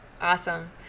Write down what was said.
Awesome